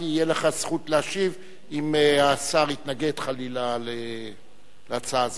כי תהיה לך זכות להשיב אם השר יתנגד חלילה להצעה הזאת.